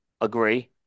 Agree